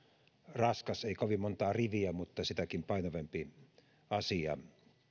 raskas ei kovin montaa riviä mutta sitäkin painavampi asia